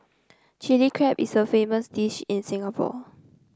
Chilli Crab is a famous dish in Singapore